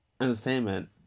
entertainment